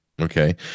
Okay